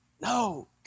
No